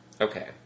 Okay